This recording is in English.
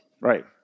right